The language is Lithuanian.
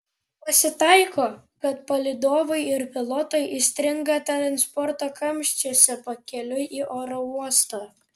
pasitaiko kad palydovai ir pilotai įstringa transporto kamščiuose pakeliui į oro uostą